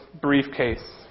briefcase